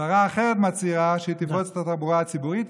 שרה אחרת מצהירה שהיא תפרוץ את התחבורה הציבורית,